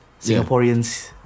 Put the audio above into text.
Singaporeans